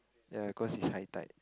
ya cause it's high tide